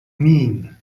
mean